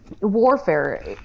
warfare